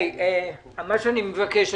מה שאני מבקש,